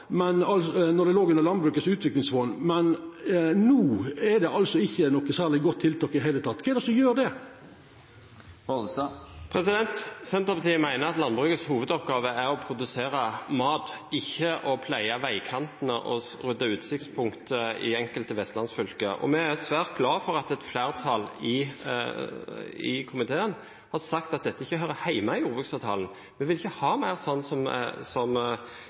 det låg under Landbrukets utviklingsfond, mens det no ikkje er eit særleg godt tiltak i det heile? Kva er det som gjer det? Senterpartiet mener at landbrukets hovedoppgave er å produsere mat, ikke å pleie veikantene og rydde utsiktspunkter i enkelte vestlandsfylker, og vi er svært glade for at et flertall i komiteen har sagt at dette ikke hører hjemme i jordbruksavtalen. Vi vil ikke ha mer